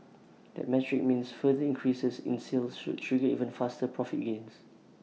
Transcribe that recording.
that metric means further increases in sales should trigger even faster profit gains